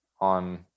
on